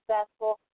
successful